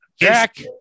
Jack